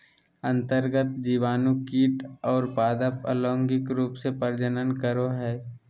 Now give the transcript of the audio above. अन्तर्गत जीवाणु कीट और पादप अलैंगिक रूप से प्रजनन करो हइ